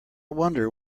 wonder